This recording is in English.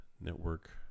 Network